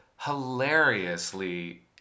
hilariously